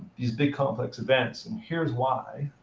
these big, complex events. and here's why.